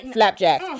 Flapjack